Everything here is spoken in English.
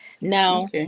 Now